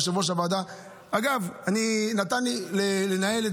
והאופוזיציה בוועדת הכספים נוכל להגיש את